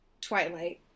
twilight